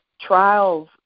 trials